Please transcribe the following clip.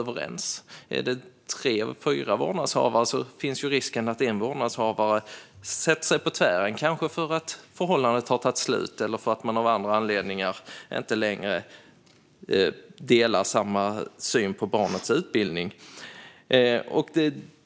Är det tre eller fyra vårdnadshavare finns risken att en vårdnadshavare sätter sig på tvären, kanske för att förhållandet har tagit slut eller för att man av andra anledningar inte längre har samma syn på barnets utbildning.